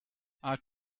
our